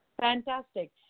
Fantastic